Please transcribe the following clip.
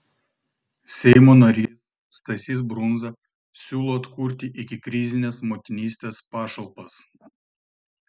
seimo narys stasys brundza siūlo atkurti ikikrizines motinystės pašalpas